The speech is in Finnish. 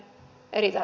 kiitos